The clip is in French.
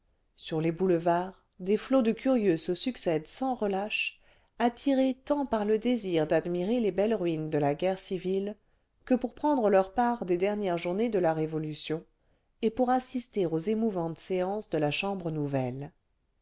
sur les boulevards des flots de curieux se succèdent sans relâche attirés tant par le désir d'admirer les belles ruines de la guerre civile que pour prendre leur part des dernières journées de la révolution et pour assister aux émouvantes séances de la chambre nouvelle